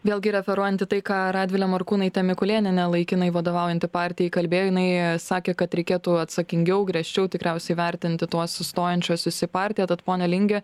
vėlgi referuojant į tai ką radvilė morkūnaitė mikulėnienė laikinai vadovaujanti partijai kalbėjo jinai sakė kad reikėtų atsakingiau griežčiau tikriausiai vertinti tuos stojančiuosius į partiją tad pone linge